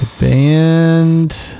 band